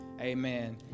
amen